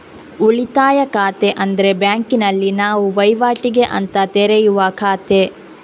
ಉಳಿತಾಯ ಖಾತೆ ಅಂದ್ರೆ ಬ್ಯಾಂಕಿನಲ್ಲಿ ನಾವು ವೈವಾಟಿಗೆ ಅಂತ ತೆರೆಯುವ ಖಾತೆ